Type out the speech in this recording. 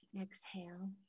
exhale